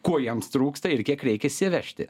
ko jiems trūksta ir kiek reikia įsivežti